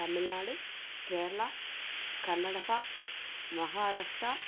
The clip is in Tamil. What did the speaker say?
தமிழ்நாடு கேரளா கர்நாடகா மகாராஷ்ட்டா